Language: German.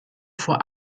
vor